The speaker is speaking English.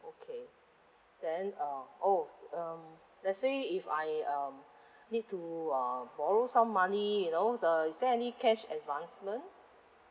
okay then um oh um let's say if I um need to uh borrow some money you know the is there any cash advancement